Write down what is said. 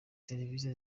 serivisi